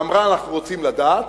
ואמרה: אנחנו רוצים לדעת,